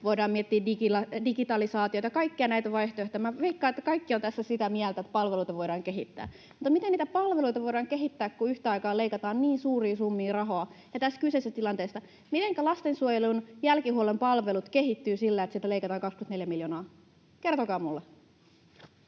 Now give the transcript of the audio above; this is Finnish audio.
voidaan miettiä digitalisaatiota, kaikkia näitä vaihtoehtoja, ja minä veikkaan, että kaikki ovat tässä sitä mieltä, että palveluita voidaan kehittää. Mutta miten niitä palveluita voidaan kehittää, kun yhtä aikaa leikataan niin suuria summia rahaa vaikka tästä kyseisestä tilanteesta? Mitenkä lastensuojelun jälkihuollon palvelut kehittyvät sillä, että niistä leikataan 24 miljoonaa? Kertokaa minulle.